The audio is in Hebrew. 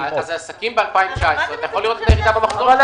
עסקים ב-2019, אתה יכול לראות ירידה במחזור שלהם.